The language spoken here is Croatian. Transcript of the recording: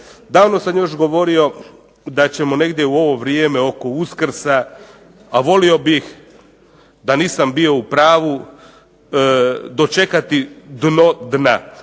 Davno sam još govorio da ćemo negdje u ovo vrijeme oko Uskrsa , a volio bih da nisam bio u pravu, dočekati dno dna,